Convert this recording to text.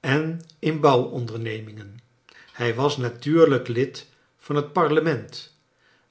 en in bouwondernemingen hij was natuurlijk lid van het parlement